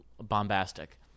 bombastic